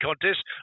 contest